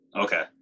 Okay